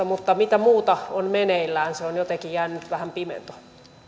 mutta mitä muuta on meneillään se on jotenkin jäänyt vähän pimentoon